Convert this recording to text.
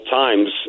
times